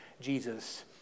Jesus